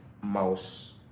mouse